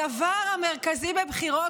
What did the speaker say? הדבר המרכזי בבחירות,